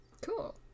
Cool